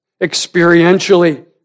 Experientially